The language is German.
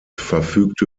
verfügte